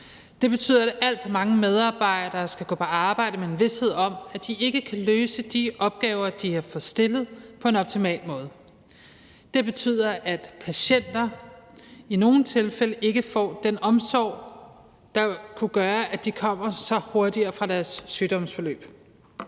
Det betyder, at alt for mange medarbejdere skal gå på arbejde med en vished om, at de ikke kan løse de opgaver, som de har fået stillet, på en optimal måde. Det betyder, at patienter i nogle tilfælde ikke får den omsorg, der kunne gøre, at de kommer sig hurtigere efter deres sygdomsforløb.